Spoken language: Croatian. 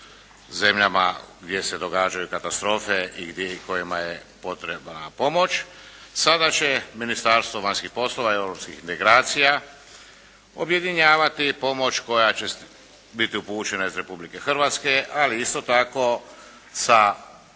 zemljama gdje se događaju katastrofe i kojima je potrebna pomoć. Sada će Ministarstvo vanjskih poslova i europskih integracija objedinjavati pomoć koja će biti upućena iz Republike Hrvatske ali isto tako sa